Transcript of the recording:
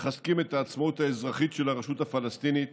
מחזקים את העצמאות האזרחית של הרשות הפלסטינית